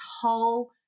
whole